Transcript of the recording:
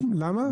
למה?